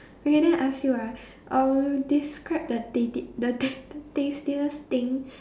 okay then I ask you ah uh describe the tati~ the ta~ tastiest thing